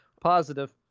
Positive